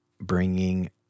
bringing